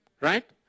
right